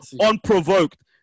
unprovoked